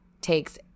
takes